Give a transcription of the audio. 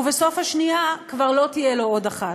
ובסוף השנייה כבר לא תהיה לו עוד אחת.